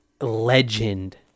legend